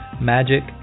magic